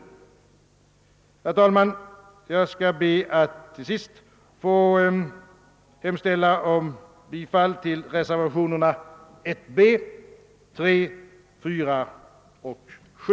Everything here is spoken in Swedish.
Herr talman! Jag ber att få hemställa om bifall till reservationerna 1 b, 3, 4 och 7.